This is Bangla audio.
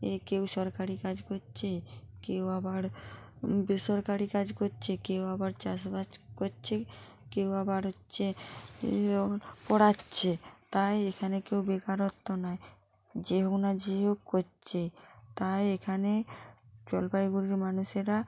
এ কেউ সরকারি কাজ করছে কেউ আবার বেসরকারি কাজ করছে কেউ আবার চাষবাস করছে কেউ আবার হচ্ছে পড়াচ্ছে তাই এখানে কেউ বেকারত্ব নয় যে হোক না যে হোক করছে তাই এখানে জলপাইগুড়ির মানুষেরা